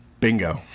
Bingo